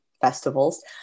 festivals